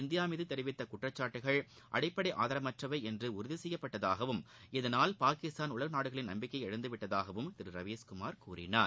India மீது தெரிவித்த குற்றச்சாட்டுகள் பாகிஸ்கான் செய்யப்பட்டதாகவும் இதனால்டி பாகிஸ்தான் உலக நாடுகளின் நம்பிக்கையப் இழந்துவிட்டதாகவும் திரு ரவீஸ்குமார் கூறினார்